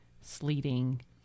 sleeting